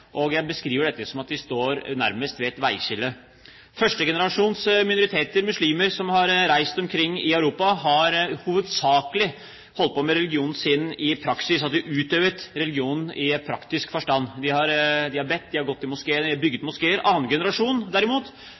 Jeg beskriver dette nærmest som at vi står ved et veiskille. Første generasjons minoriteter, muslimer, som har reist omkring i Europa, har hovedsakelig holdt på med religionen sin i praksis. De har utøvet religionen i praktisk forstand – de har bedt, de har gått i moskeen, de har bygget moskeer. Andre generasjon derimot